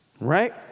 Right